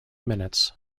minutes